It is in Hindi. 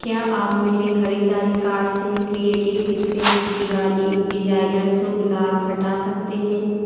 क्या आप मेरे ख़रीददारी कार्ट से क्रिएटिव स्पेस दिवाली डिज़ाइनर शुभ लाभ हटा सकते हैं